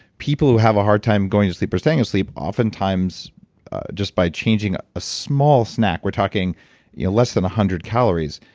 people who have a hard time going to sleep or staying asleep oftentimes just by changing a small snack, we're talking you know less than one hundred calories,